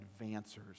advancers